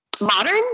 modern